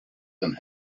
than